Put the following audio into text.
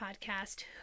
podcast